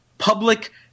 Public